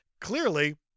Clearly